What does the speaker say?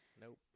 Nope